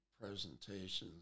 presentations